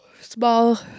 small